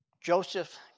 Joseph